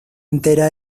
entera